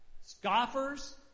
Scoffers